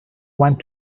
want